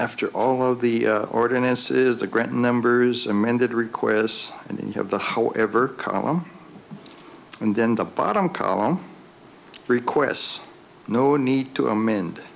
after all of the ordinance is a grant numbers amended requests and then you have the however column and then the bottom column requests no need to amend